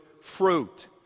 fruit